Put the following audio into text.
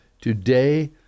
today